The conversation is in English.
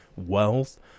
Wealth